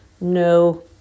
No